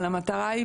אבל המטרה היא,